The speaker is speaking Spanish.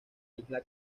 isla